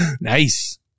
Nice